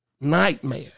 nightmare